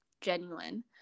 genuine